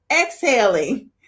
exhaling